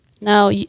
now